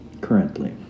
Currently